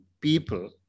people